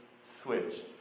switched